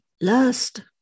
lust